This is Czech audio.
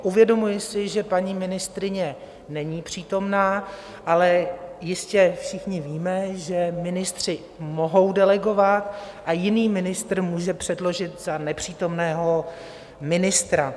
Uvědomuji si, že paní ministryně není přítomna, ale jistě všichni víme, že ministři mohou delegovat a jiný ministr může předložit za nepřítomného ministra.